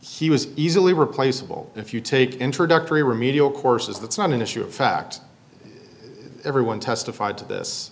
he was easily replaceable if you take introductory remedial courses that's not an issue of fact everyone testified to this